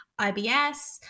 IBS